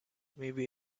maybe